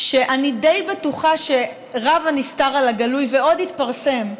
ואני די בטוחה שרב הנסתר על הגלוי ועוד יתפרסם,